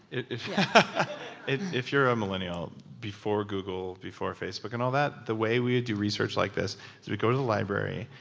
if if you're a millennial, before google, before facebook and all that, the way we would do research like this, we'd go to the library,